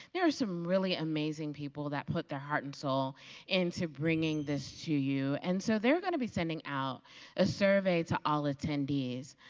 there are some really amazing people that put their heart and soul into bringing this to you, and so they're going to be sending out a survey to all attendees.